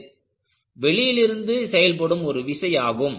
அது வெளியிலிருந்து செயல்படும் ஒரு விசை ஆகும்